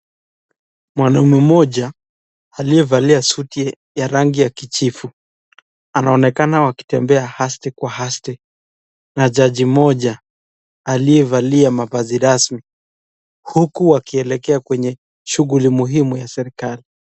Mwanaume mmoja aliyevalia suti ya rangi ya kijivu anaonekana wakitembea aste kwa aste na jaji mmoja aliyevalia mavazi rasmi huku akielekea kwenye shughuli muhimu ya serikali.